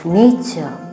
nature